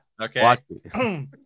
Okay